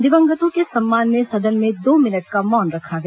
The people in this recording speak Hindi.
दिवंगतों के सम्मान में सदन में दो मिनट का मौन रखा गया